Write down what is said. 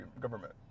government